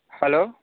hello